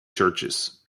churches